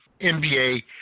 NBA